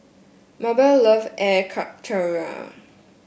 Mabell love Air Karthira